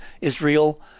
israel